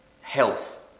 health